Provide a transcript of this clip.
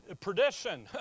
perdition